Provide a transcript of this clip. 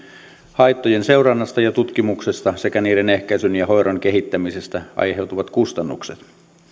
haittojen seurannasta ja tutkimuksesta sekä niiden ehkäisyn ja hoidon kehittämisestä aiheutuvat kustannukset